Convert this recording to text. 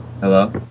Hello